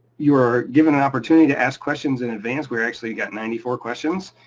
you are given an opportunity to ask questions in advance. we've actually got ninety four questions,